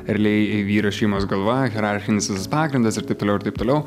realiai vyras šeimos galva hierarchinis visas pagrindas ir taip toliau ir taip toliau